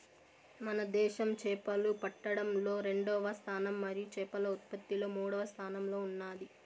మన దేశం చేపలు పట్టడంలో రెండవ స్థానం మరియు చేపల ఉత్పత్తిలో మూడవ స్థానంలో ఉన్నాది